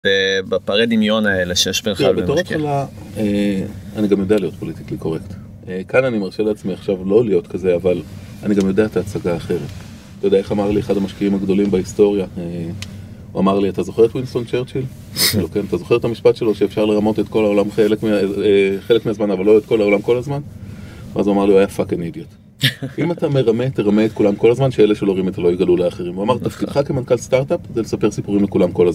אה... בפרי דמיון האלה שש ב... תראה, בתור התחלה, אה... אני גם יודע להיות פוליטיקלי קורקט. אה, כאן אני מרשה לעצמי עכשיו לא להיות כזה אבל אני גם יודע את ההצגה האחרת. אתה יודע איך אמר לי אחד המשקיעים הגדולים בהיסטוריה? אה... הוא אמר לי אתה זוכר את וינסטון צ'רצ'יל? אמרתי לו כן. אתה זוכר את המשפט שלו שאפשר לרמות את כל העולם חלק מה... אה... חלק מהזמן אבל לא את כל העולם כל הזמן? ואז הוא אמר לי הוא היה פאקינג אדיוט. אם אתה מרמה, תרמה את כולם כל הזמן שאלה שלא רימית לא יגלו לאחרים. הוא אמר דרכך כמנכ"ל סטארט-אפ זה לספר סיפורים לכולם כל הזמן.